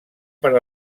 per